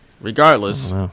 Regardless